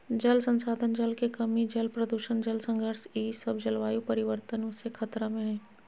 जल संसाधन, जल के कमी, जल प्रदूषण, जल संघर्ष ई सब जलवायु परिवर्तन से खतरा में हइ